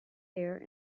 there